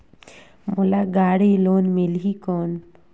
मोला गाड़ी लोन मिलही कौन?